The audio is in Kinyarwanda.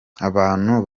abantu